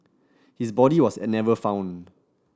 his body was never found